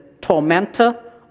tormentor